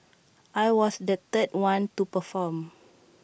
I was the third one to perform